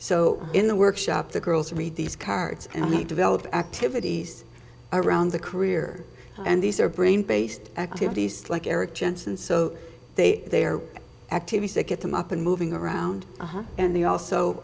so in the workshop the girls read these cards and they develop activities around the career and these are brain based activities like eric jensen so they they are activities that get them up and moving around and they also